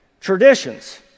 Traditions